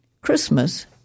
Christmas